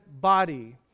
body